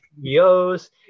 CEOs